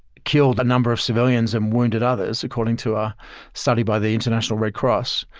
killed a number of civilians and wounded others according to a study by the international red cross.